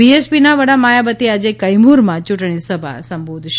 બીએસપીના વડા માયાવતી આજે કૈમુરમાં ચૂંટણી સભા સંબોધશે